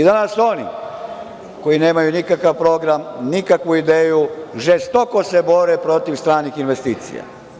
Danas oni, koji nemaju nikakav program, nikakvu ideju žestoko se bore protiv stranih investicija.